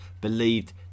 believed